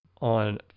on